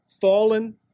fallen